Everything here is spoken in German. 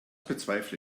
bezweifle